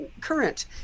current